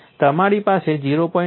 તમારી પાસે 0